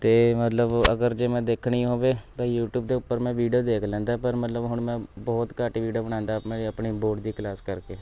ਅਤੇ ਮਤਲਬ ਅਗਰ ਜੇ ਮੈਂ ਦੇਖਣੀ ਹੋਵੇ ਤਾਂ ਯੂਟਿਊਬ ਦੇ ਉੱਪਰ ਮੈਂ ਵੀਡੀਓ ਦੇਖ ਲੈਂਦਾ ਪਰ ਮਤਲਬ ਹੁਣ ਮੈਂ ਬਹੁਤ ਘੱਟ ਹੀ ਵੀਡੀਓ ਬਣਾਉਂਦਾ ਮੇਰੀ ਆਪਣੀ ਬੋਰਡ ਦੀ ਕਲਾਸ ਕਰਕੇ